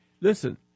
Listen